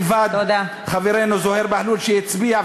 מלבד חברנו זוהיר בהלול שהצביע,